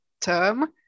term